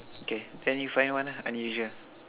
okay then you find one ah unusual